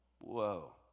Whoa